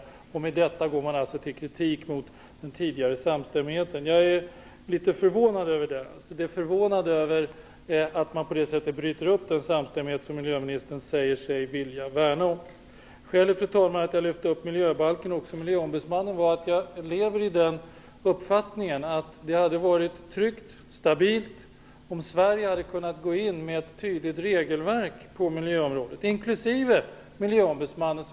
I och med detta kritiserar man alltså den tidigare samstämmigheten. Jag är förvånad över att man på det sättet bryter upp den samstämmighet som miljöministern säger sig vilja värna om. Fru talman! Skälet till att jag också tog upp miljöbalken och miljöombudsmannen var att jag lever i den föreställningen att det hade varit tryggt och stabilt om Sverige hade kunnat gå in i EU med ett tydligt regelverk på miljöområdet och med en miljöombudsman.